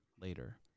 later